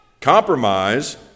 Compromise